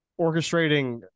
orchestrating